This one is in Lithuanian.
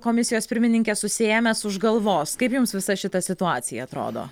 komisijos pirmininkės susiėmęs už galvos kaip jums visa šita situacija atrodo